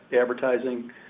advertising